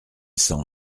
cent